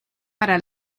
para